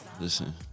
Listen